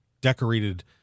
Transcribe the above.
decorated